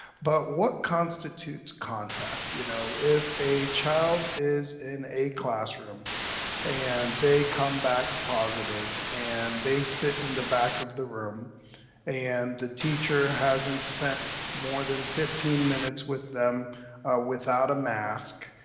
but what constitutes contact? you know, if a child is in a classroom and they come back positive and they sit in the back of the room and the teacher hasn't spent more than fifteen minutes with them without a mask.